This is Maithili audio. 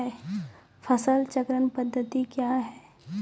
फसल चक्रण पद्धति क्या हैं?